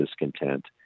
discontent